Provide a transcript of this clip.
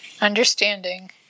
understanding